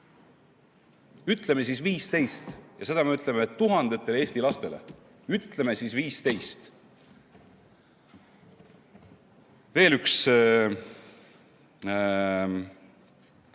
Ütleme siis 15! Ja seda me ütleme tuhandetele Eesti lastele. Ütleme siis 15! Veel üks